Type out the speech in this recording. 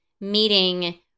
meeting